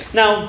now